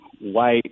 white